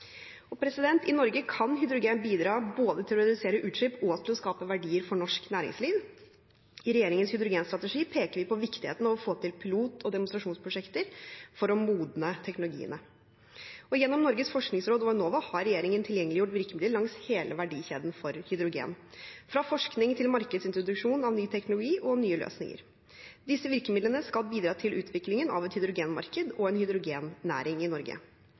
I Norge kan hydrogen bidra både til å redusere utslipp og til å skape verdier for norsk næringsliv. I regjeringens hydrogenstrategi peker vi på viktigheten av å få til pilot- og demonstrasjonsprosjekter for å modne teknologiene. Gjennom Norges forskningsråd og Enova har regjeringen tilgjengeliggjort virkemidler langs hele verdikjeden for hydrogen, fra forskning til markedsintroduksjon av ny teknologi og nye løsninger. Disse virkemidlene skal bidra til utvikling av et hydrogenmarked og en hydrogennæring i Norge.